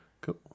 Cool